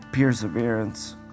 perseverance